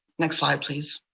next slide, please.